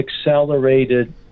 accelerated